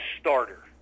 starter